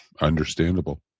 Understandable